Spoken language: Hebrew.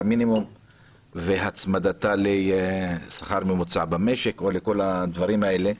מינימום והצמדתה לשכר הממוצע במשק או לכל הדברים האלה.